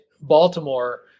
Baltimore